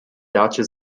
dacie